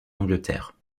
angleterre